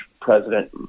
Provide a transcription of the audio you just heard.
president